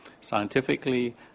scientifically